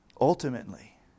Ultimately